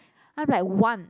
I'm like one